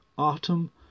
Autumn